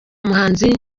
umuhanzi